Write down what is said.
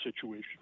situation